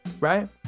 right